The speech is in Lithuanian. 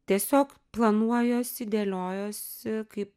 tiesiog planuojuosi dėliojosi kaip